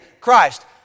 Christ